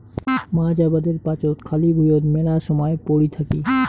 মাছ আবাদের পাচত খালি ভুঁইয়ত মেলা সমায় পরি থাকি